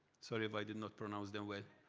sorry if i did not pronounce them well.